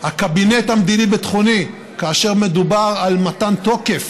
והקבינט המדיני-ביטחוני כאשר מדובר על מתן תוקף